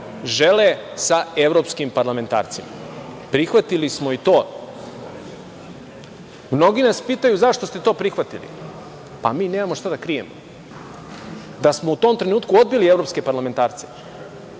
žele sa evropskim parlamentarcima. Prihvatili smo i to. Mnogi nas pitaju - zašto ste to prihvatili? Mi nemamo šta da krijemo. Da smo u tom trenutku odbili evropske parlamentarce,